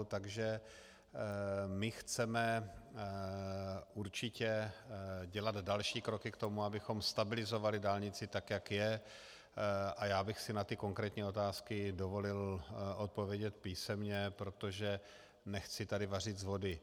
Takže chceme určitě dělat další kroky k tomu, abychom stabilizovali dálnici, jak je, a já bych si na konkrétní otázky dovolil odpovědět písemně, protože tady nechci vařit z vody.